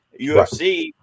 UFC